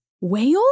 whale